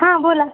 हां बोला